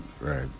right